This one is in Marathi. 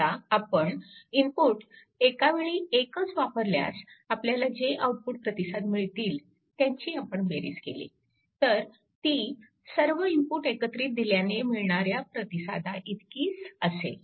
आता आपण इनपुट एकावेळी एकच वापरल्यास आपल्याला जे आउटपुट प्रतिसाद मिळतील त्यांची आपण बेरीज केली तर ती सर्व इनपुट एकत्रित दिल्याने मिळणाऱ्या प्रतिसादाइतकीच असेल